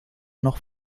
noch